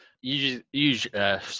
usually